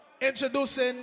introducing